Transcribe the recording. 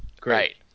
great